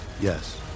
Yes